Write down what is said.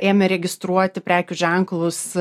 ėmė registruoti prekių ženklus